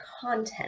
content